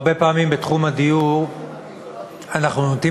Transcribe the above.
הרבה פעמים בתחום הדיור אנחנו נוטים